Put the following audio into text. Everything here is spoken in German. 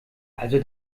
also